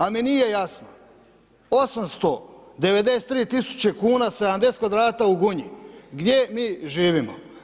Ali mi nije jasno 893 tisuće kn 70 kvadrata u Gunji, gdje mi živimo?